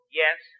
yes